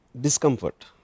discomfort